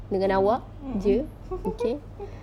mm mm